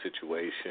situation